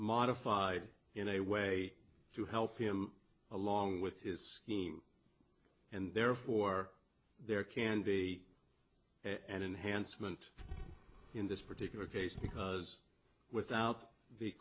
modified in a way to help him along with his scheme and therefore there can be an enhancement in this particular case because without the